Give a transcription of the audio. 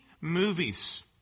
movies